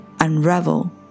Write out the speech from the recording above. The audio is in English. unravel